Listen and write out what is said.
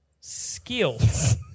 skills